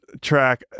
track